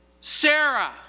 Sarah